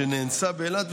שנאנסה באילת,